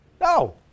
No